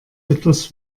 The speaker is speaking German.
etwas